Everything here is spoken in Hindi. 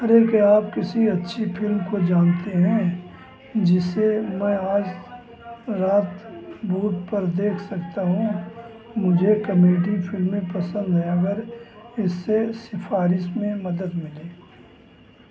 अरे क्या आप किसी अच्छी फ़िल्म को जानते हैं जिसे मैं आज रात वूट पर देख सकता हूँ मुझे कॉमेडी फ़िल्में पसन्द हैं अगर इससे सिफ़ारिश में मदद मिले